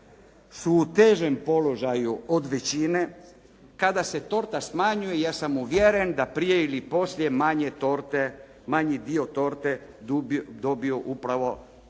su u težem položaju od većine kada se torta smanjuje, ja sam uvjeren da prije ili poslije manji dio torte dobio upravo